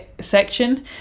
section